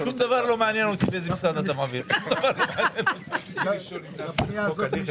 מי נמנע?